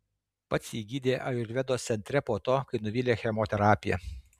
pats jį gydė ajurvedos centre po to kai nuvylė chemoterapija